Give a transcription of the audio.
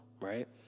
right